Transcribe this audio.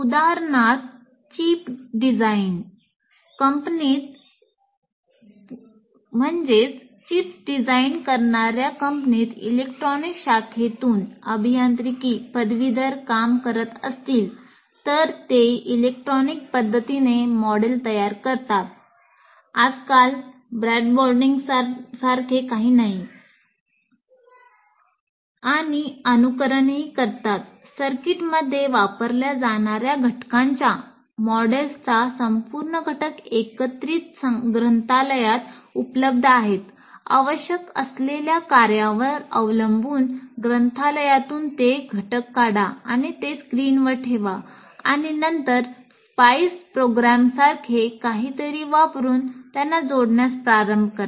उदाहरणार्थ चिप काहीतरी वापरुन त्यांना जोडण्यास प्रारंभ करा